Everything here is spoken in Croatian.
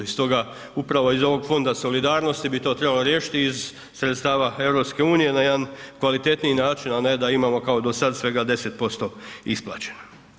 I stoga upravo iz ovog fonda solidarnosti bi to trebalo riješiti iz sredstava EU na jedan kvalitetniji način, a ne da imamo kao do sada svega 10% isplaćeno.